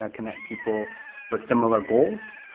ah connecting people with similar goals.